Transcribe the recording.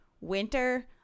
winter